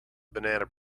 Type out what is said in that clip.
banana